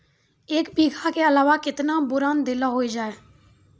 एक बीघा के अलावा केतना बोरान देलो हो जाए?